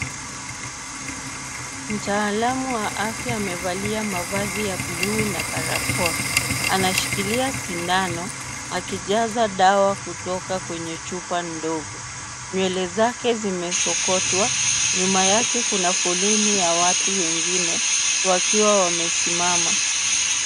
Mtaalamu wa afya amevalia mavazi ya blue na barakoa, anashikilia sindano akijaza dawa kutoka kwenye chupa ndogo, nywele zake zimesokotwa, nyuma yake kuna foleni ya watu wengine wakiwa wamesimama.